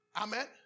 Amen